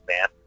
man